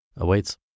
awaits